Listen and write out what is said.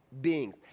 beings